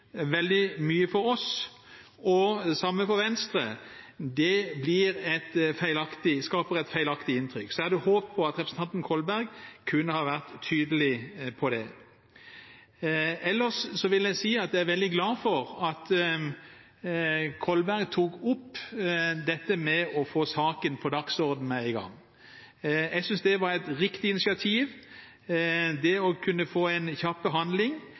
veldig mye for oss – og det samme for Venstre – skaper et feilaktig inntrykk, så jeg hadde håpet at representanten Kolberg kunne ha vært tydelig på det. Ellers vil jeg si at jeg er veldig glad for at Kolberg tok opp dette med å få saken på dagsordenen her i dag. Jeg synes det var et riktig initiativ. Det å kunne få en kjapp